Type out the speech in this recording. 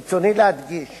ברצוני להדגיש